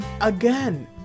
again